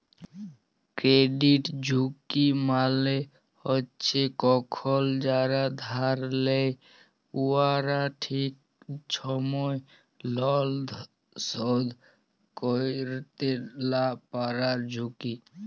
credit ঝুঁকি মালে হছে কখল যারা ধার লেয় উয়ারা ঠিক ছময় লল শধ ক্যইরতে লা পারার ঝুঁকি